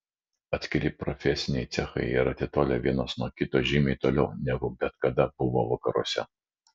atskiri profesiniai cechai yra atitolę vienas nuo kito žymiai toliau negu bet kada buvo vakaruose